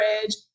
bridge